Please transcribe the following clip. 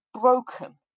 broken